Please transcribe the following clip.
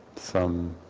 some